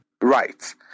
right